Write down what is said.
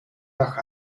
nach